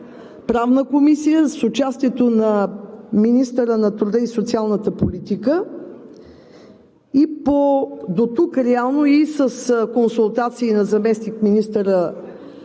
Правна комисия с участието на министъра на труда и социалната политика, реално и с консултации на заместник-министъра по